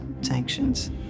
sanctions